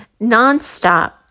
nonstop